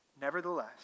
Nevertheless